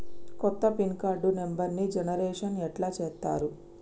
కొత్త pin card నెంబర్ని generation ఎట్లా చేత్తరు?